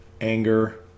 anger